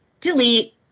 delete